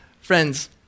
Friends